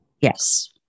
yes